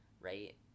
right